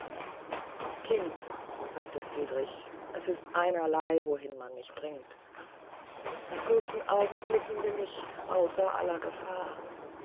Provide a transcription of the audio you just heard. kind sagte friedrich es ist einerley wohin man mich bringt nach kurzen augenblicken bin ich außer aller gefahr